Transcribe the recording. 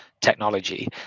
technology